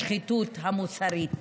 לשחיתות המוסרית.